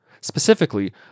Specifically